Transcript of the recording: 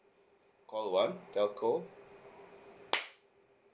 call one telco